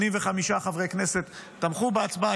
85 חברי כנסת תמכו בהצבעה,